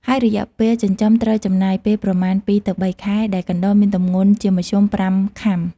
ហើយរយៈពេលចិញ្ចឹមត្រូវចំណាយពេលប្រមាណ២ទៅ៣ខែ ដែលកណ្តុរមានទម្ងន់ជាមធ្យម៥ខាំ។